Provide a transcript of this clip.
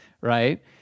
right